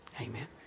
Amen